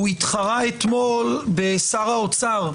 הוא התחרה אתמול בשר האוצר,